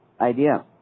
idea